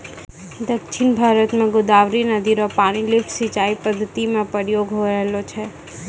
दक्षिण भारत म गोदावरी नदी र पानी क लिफ्ट सिंचाई पद्धति म प्रयोग भय रहलो छै